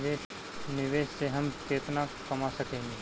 निवेश से हम केतना कमा सकेनी?